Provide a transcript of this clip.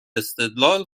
استدلال